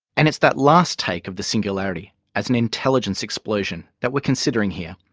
and it's that last take of the singularity as an intelligence explosion that we're considering here,